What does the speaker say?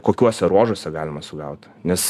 kokiuose ruožuose galima sugaut nes